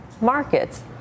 markets